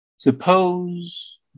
Suppose